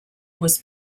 was